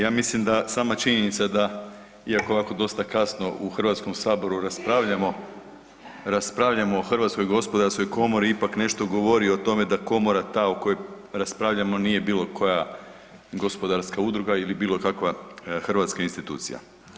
Ja mislim da sama činjenica da iako je ovako dosta kasno u Hrvatskom saboru raspravljamo o Hrvatskoj gospodarskoj komori ipak nešto govori o tome da je komora ta o kojoj raspravljamo nije bilo koja gospodarska udruga ili bilo kakva hrvatska institucija.